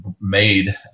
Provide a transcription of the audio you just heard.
made